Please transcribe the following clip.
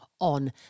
on